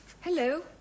hello